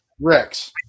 Rex